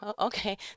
okay